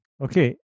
Okay